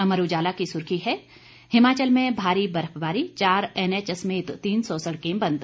अमर उजाला की सुर्खी है हिमाचल में भारी बर्फबारी चार एनएच समेत तीन सौ सड़कें बंद